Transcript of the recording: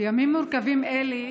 בימים מורכבים אלה,